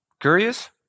Curious